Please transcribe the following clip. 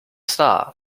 star